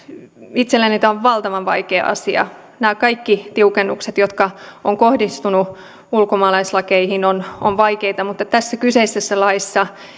itselleni tämä on valtavan vaikea asia nämä kaikki tiukennukset jotka ovat kohdistuneet ulkomaalaislakeihin ovat vaikeita mutta tässä kyseisessä laissa